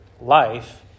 life